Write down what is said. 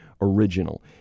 Original